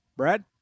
Brad